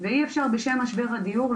ואי אפשר בשם משבר הדיור,